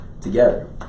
together